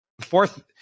fourth